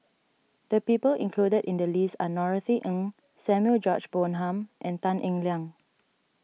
the people included in the list are Norothy Ng Samuel George Bonham and Tan Eng Liang